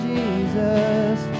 Jesus